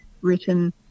written